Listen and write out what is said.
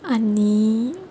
आनी